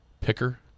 picker